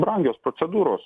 brangios procedūros